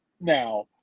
Now